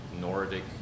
Nordic